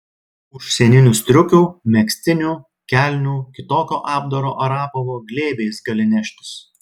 užsieninių striukių megztinių kelnių kitokio apdaro ar apavo glėbiais gali neštis